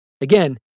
Again